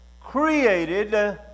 created